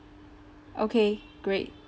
okay great